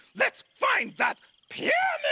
let's find that pyramid!